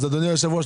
אז אדוני יושב הראש,